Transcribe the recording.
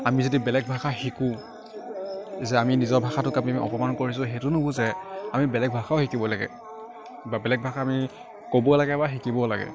আমি যদি বেলেগ ভাষা শিকো যে আমি নিজৰ ভাষাটোক আমি অপমান কৰিছোঁ সেইটো নুবুজায় আমি বেলেগ ভাষাও শিকিব লাগে বা বেলেগ ভাষা আমি ক'ব লাগে বা শিকিবও লাগে